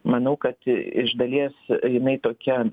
manau kad iš dalies jinai tokia